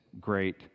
great